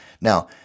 Now